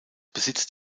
besitzt